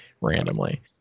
randomly